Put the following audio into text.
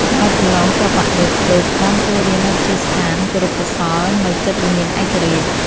ក្រោយប្រឡងជាប់បាក់ឌុប ឌុចបានចូលរៀននៅវិទ្យាស្ថានគរុកោសល្យ នៅជិតវិមានឯករាជ្យ។